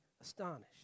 astonished